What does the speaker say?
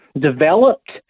developed